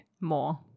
More